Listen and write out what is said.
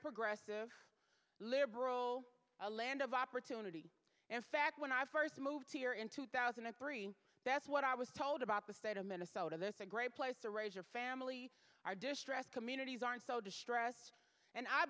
progressive liberal a land of opportunity in fact when i first moved here in two thousand and three that's what i was told about the state of minnesota this a great place to raise your family are distressed communities aren't so distressed and i